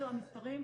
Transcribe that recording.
אלו המספרים,